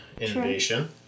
innovation